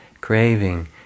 craving